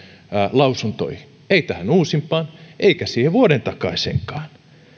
lausuntoihin ei tähän uusimpaan eikä siihen vuoden takaiseenkaan